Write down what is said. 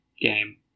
game